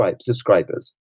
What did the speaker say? subscribers